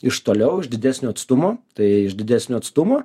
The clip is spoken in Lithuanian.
iš toliau iš didesnio atstumo tai iš didesnio atstumo